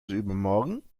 übermorgen